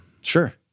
sure